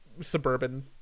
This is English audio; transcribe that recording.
suburban